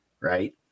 right